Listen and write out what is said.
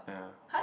yeah